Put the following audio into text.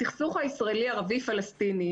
הסכסוך הישראלי-ערבי-פלסטיני,